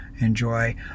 enjoy